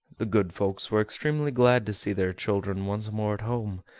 the good folks were extremely glad to see their children once more at home,